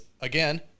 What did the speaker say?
again